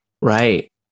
Right